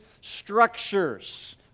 structures